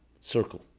circle